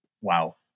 wow